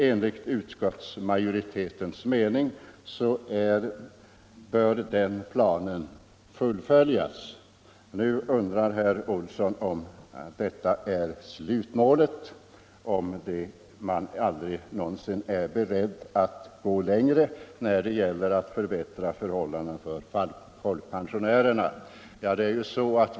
Enligt utskottsmajoritetens mening bör den planen fullföljas. Nu undrar herr Olsson om detta är slutmålet, om man aldrig någonsin är beredd att gå längre när det gäller att förbättra folkpensionärernas förhållanden.